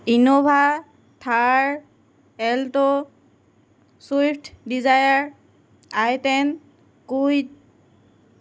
Innova Thar Alto Swift Dzire i ten Kwid